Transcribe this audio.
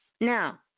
Now